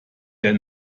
der